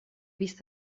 vist